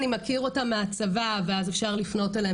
אני מכיר אותה מהצבא ואז אפשר לפנות אליהם